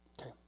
Okay